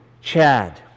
Chad